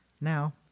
Now